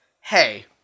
Hey